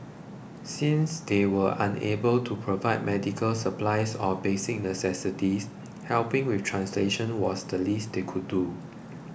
since they were unable to provide medical supplies or basic necessities helping with translations was the least they could do